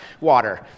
water